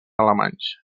alemanys